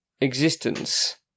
existence